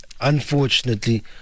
unfortunately